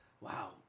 Wow